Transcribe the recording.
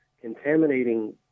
contaminating